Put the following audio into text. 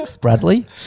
Bradley